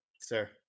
sir